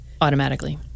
automatically